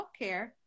healthcare